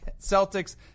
Celtics